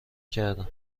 کردم